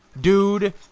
dude